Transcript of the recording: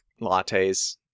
lattes